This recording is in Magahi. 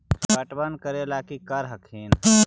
पटबन करे ला की कर हखिन?